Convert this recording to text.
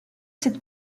cette